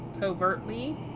Covertly